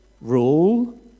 rule